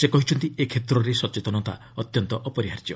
ସେ କହିଛନ୍ତି ଏ କ୍ଷେତ୍ରରେ ସଚେତନତା ଅତ୍ୟନ୍ତ ଅପରିହାଯ୍ୟ